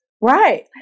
Right